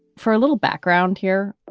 for a little background here,